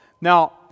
now